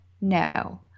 No